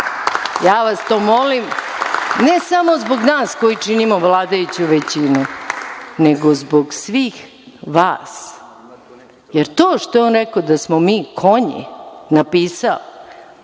Ja vas to molim, ne samo zbog nas koji činimo vladajuću većinu, nego zbog svih vas, jer to što je on rekao da smo mi konji, napisao,